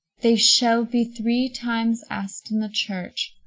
they shall be three times asked in the church,